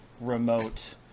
remote